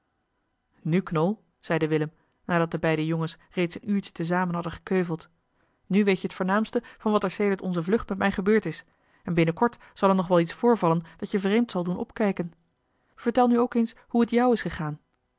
nu knol zeide willem nadat de beide jongens reeds een uurtje te zamen hadden gekeuveld nu weet je het voornaamste van wat eli heimans willem roda er sedert onze vlucht met mij gebeurd is en binnenkort zal er nog wel iets voorvallen dat je vreemd zal doen opkijken vertel nu ook eens hoe het jou is gegaan